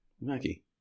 Mackie